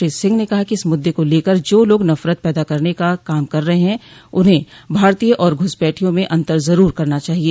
श्री सिंह ने कहा कि इस मुद्दे को लेकर जो लोग नफरत पैदा करने का काम कर रहे हैं उन्हें भारतीय और घुसपैठियों में अंतर जरूर करना चाहिए